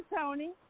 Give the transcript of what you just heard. Tony